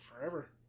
forever